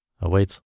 awaits